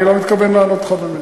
אני לא מתכוון לענות לך באמת.